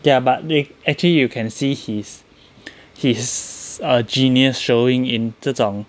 ya but they actually you can see he's he's a genius showing in 这种